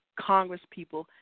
congresspeople